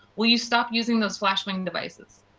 will you stop using those flash bang devices?